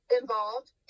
Involved